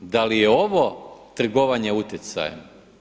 Da li je ovo trgovanje utjecajem?